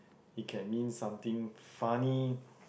it can means something funny